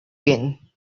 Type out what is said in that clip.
been